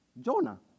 Jonah